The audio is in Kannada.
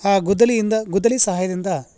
ಆ ಗುದ್ದಲಿಯಿಂದ ಗುದ್ದಲಿ ಸಹಾಯದಿಂದ